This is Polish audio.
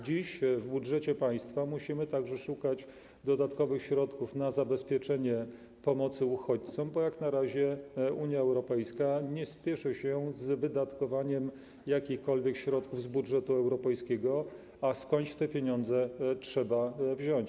Dziś w budżecie państwa musimy szukać dodatkowych środków na zabezpieczenie pomocy uchodźcom, bo jak na razie Unia Europejska nie spieszy się z wydatkowaniem jakichkolwiek środków z budżetu europejskiego, a skądś te pieniądze trzeba wziąć.